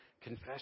Confess